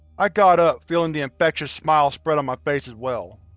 i got up, feeling the infectious smile spread on my face as well.